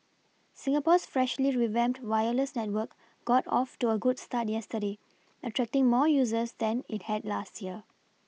Singapore's freshly revamped wireless network got off to a good start yesterday attracting more users than it had last year